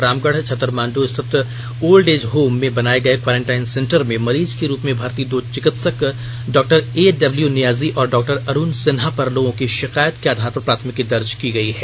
रामगढ़ छतर मांडू स्थित old age home में बनाये गये क्वॉरेंटाइन सेंटर में मरीज के रूप में भर्ती दो चिकित्सक डॉक्टर ए डब्लू नियाजी और डॉक्टर अरुण सिन्हा पर लोगों की षिकायत के आधार पर प्राथमिकी दर्ज की गयी है